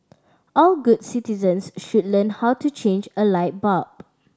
all good citizens should learn how to change a light bulb